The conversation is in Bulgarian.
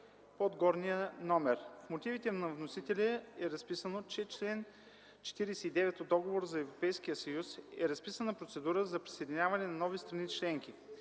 под горния номер. В мотивите на вносителя е разписано, че в чл. 49 от Договора за Европейския съюз е разписана процедура за присъединяване на нови страни членки.